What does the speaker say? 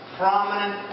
prominent